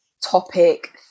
topic